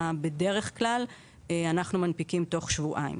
בדרך כלל אנחנו מנפיקים תוך שבועיים.